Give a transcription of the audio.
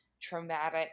traumatic